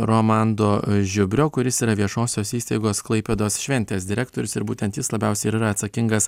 romando žiubrio kuris yra viešosios įstaigos klaipėdos šventės direktorius ir būtent jis labiausiai ir yra atsakingas